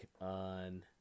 on